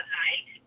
night